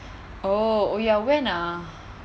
oh oh ya when ah